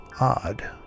odd